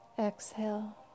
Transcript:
Exhale